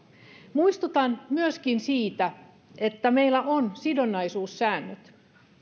muistutan myöskin siitä että meillä on sidonnaisuussäännöt